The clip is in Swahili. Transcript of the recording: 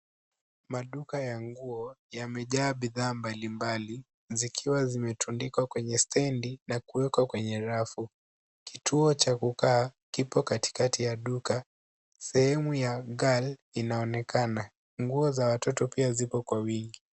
Maduka ya nguo yamejaa bidhaa mbali mbali zikiwa zimetundikwa kwenye stendi na kuwekwa kwenye rafu. Kituo cha kukaa kipo katikati ya duka. Sehemu ya girl inaonekana . Nguo za watoto pia zipo kwa wingi.